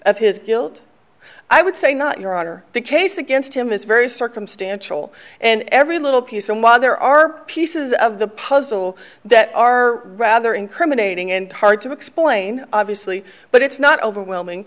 of his guilt i would say not your honor the case against him is very circumstantial and every little piece and while there are pieces of the puzzle that are rather incriminating and hard to explain obviously but it's not overwhelming